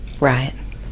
right